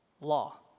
law